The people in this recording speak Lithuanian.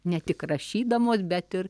ne tik rašydamos bet ir